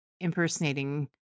impersonating